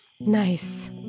Nice